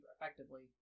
effectively